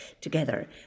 together